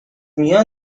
میان